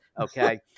okay